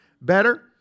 better